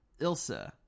Ilsa